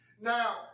Now